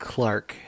Clark